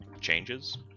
changes